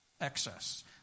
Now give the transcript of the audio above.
excess